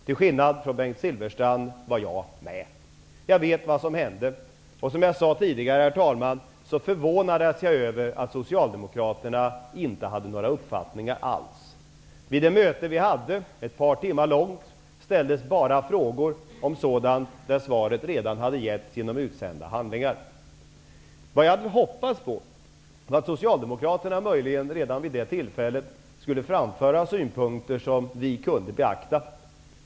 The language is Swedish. Till skillnad från Bengt Silfverstrand var jag med. Jag vet vad som hände. Herr talman! Som jag sade tidigare förvånades jag över att Socialdemokraterna inte hade några uppfattningar alls. Vid det ett par timmar långa möte vi hade ställdes bara frågor om sådant där svar redan hade givits genom utsända handlingar. Vad jag hade hoppats på var att Socialdemokraterna möjligen redan vid det tillfället skulle framföra synpunkter som vi kunde beakta.